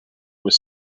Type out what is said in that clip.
was